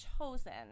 chosen